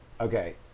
Okay